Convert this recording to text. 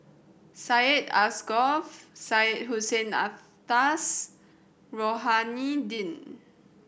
Syed Alsagoff Syed Hussein Alatas Rohani Din